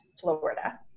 Florida